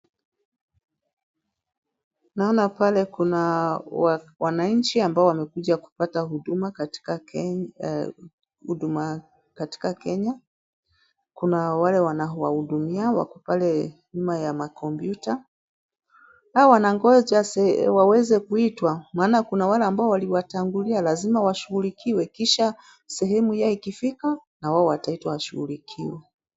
Naona pale kuna wananchi ambao wamekuja kupata huduma katika Kenya. Kuna wale wanawahudumia wako pale nyuma ya makompyuta na wanangoja waweze kuitwa maana kuna wale ambao waliwatangulia lazima washughulikiwe, kisha sehemu yao ikifika na wao wataitwa washughulikiwe.